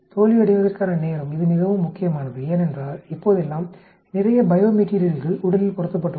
தோல்வியடைவதற்கான நேரம் இது மிகவும் முக்கியமானது ஏனென்றால் இப்போதெல்லாம் நிறைய பையோமெட்டீரியல்கள் உடலில் பொருத்தப்பட்டுள்ளன